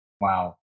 Wow